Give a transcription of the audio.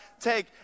take